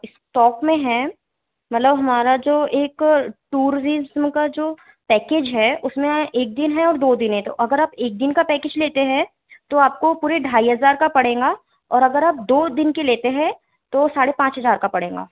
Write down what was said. इस टॉप में हैं मतलब हमारा जो एक टूरिज़्म का जो पैकेज है उसमें एक दिन है और दो दिन हे तो अगर आप एक दिन का पैकेज लेते हैं तो आपको पूरे ढाई हज़ार का पड़ेगा और अगर आप दो दिन के लेते हैं तो साढ़े पाँच हजार का पड़ेगा